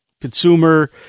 Consumer